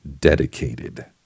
dedicated